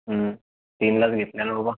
हं तीन लस घेतल्या ना बाबा